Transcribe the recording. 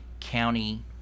county